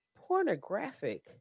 pornographic